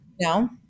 no